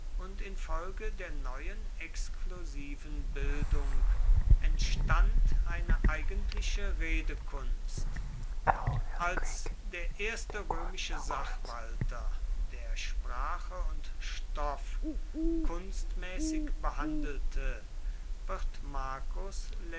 und infolge der neuen exklusiven bildung entstand eine eigentliche redekunst als der erste römische sachwalter der sprache und stoff kunstmäßig behandelte wird marcus